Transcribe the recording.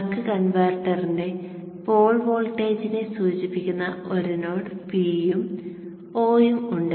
buck കൺവെർട്ടറിന്റെ pole വോൾട്ടേജിനെ സൂചിപ്പിക്കുന്ന ഒരു നോഡ് P ഉം O ഉം ഉണ്ട്